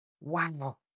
wow